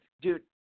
dude